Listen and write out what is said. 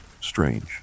strange